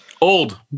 Old